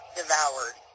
devoured